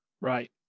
Right